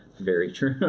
very true.